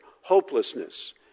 hopelessness